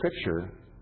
Scripture